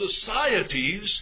societies